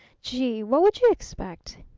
gee! what would you expect?